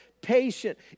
patient